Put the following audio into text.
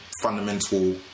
fundamental